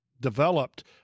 developed